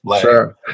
Sure